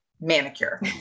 manicure